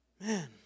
Man